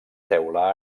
teula